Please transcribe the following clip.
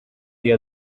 the